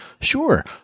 Sure